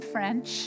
French